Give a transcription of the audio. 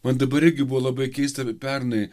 man dabar irgi buvo labai keista be pernai